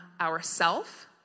ourself